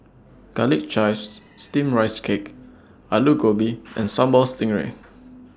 Garlic Chives Steamed Rice Cake Aloo Gobi and Sambal Stingray